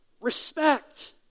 respect